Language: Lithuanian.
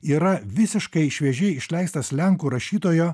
yra visiškai šviežiai išleistas lenkų rašytojo